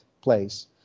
place